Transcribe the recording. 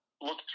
Look